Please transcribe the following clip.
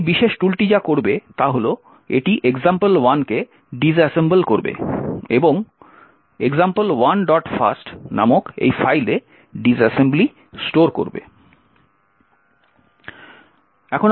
এই বিশেষ টুলটি যা করবে তা হল এটি example1 কে ডিস অ্যাসেম্বল করবে এবং example1lst নামক এই ফাইলে ডিস অ্যাসেম্বলি স্টোর করবে